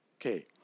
Okay